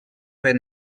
ben